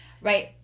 right